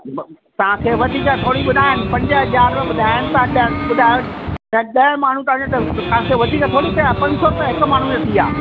तव्हांखे वधीक थोरी ॿुधाया आहिनि पंज हज़ार रुपया ॿुधाया आहिनि तव्हां ॾह ॿुधायो त ॾह माण्हू तव्हांजे त तव्हांखे वधीक थोरी पिया पंज सौ रुपया हिक माण्हू जा थी विया